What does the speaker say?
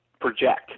project